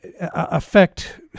affect